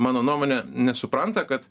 mano nuomone nesupranta kad